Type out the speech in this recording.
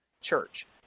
church